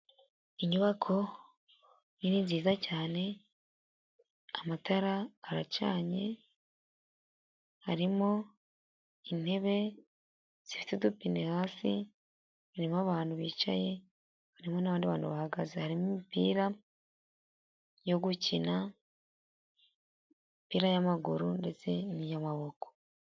Inyubako nini nziza cyane amatara aracanye harimo intebe zifite udupine hasi harimo abantu bicaye harimo n'abandi bantu bahagaze harimo imipira yo gukina umupira wamaguru ndetse n'iy'amaboko.